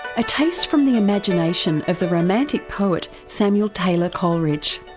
a taste from the imagination of the romantic poet samuel taylor coleridge.